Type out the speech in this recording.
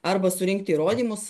arba surinkti įrodymus